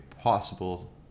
possible